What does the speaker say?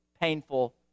painful